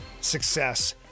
success